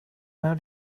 how